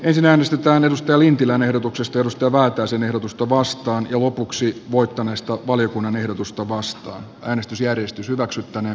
ensin äänestetään mika lintilän ehdotuksesta juha väätäisen ehdotusta vastaan ja lopuksi voittaneesta valiokunnan ehdotusta vasta äänestysjärjestys hyväksyttäneen